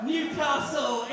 Newcastle